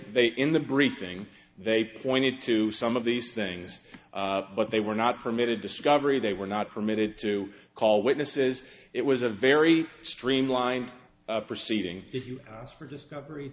they in the briefing they pointed to some of these things but they were not permitted discovery they were not permitted to call witnesses it was a very streamlined proceeding if you asked for discovery